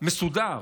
מסודר